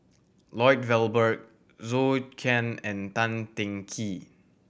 Lloyd Valberg Zhou Can and Tan Teng Kee